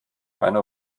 einer